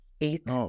eight